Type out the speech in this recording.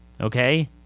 Okay